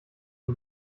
die